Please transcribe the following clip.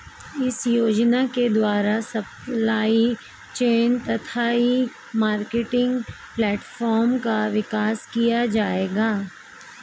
इस योजना के द्वारा सप्लाई चेन तथा ई मार्केटिंग प्लेटफार्म का विकास किया जाएगा